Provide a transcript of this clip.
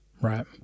Right